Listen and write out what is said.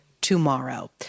tomorrow